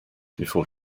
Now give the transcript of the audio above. before